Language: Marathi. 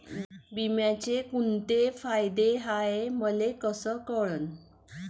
बिम्याचे कुंते फायदे हाय मले कस कळन?